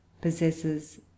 possesses